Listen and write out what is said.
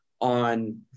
on